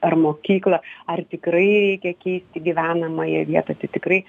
ar mokykla ar tikrai reikia keisti gyvenamąją vietą tai tikrai